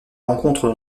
rencontre